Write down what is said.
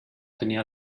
tenia